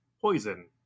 poison